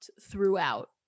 throughout